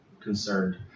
concerned